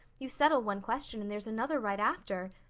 you settle one question and there's another right after.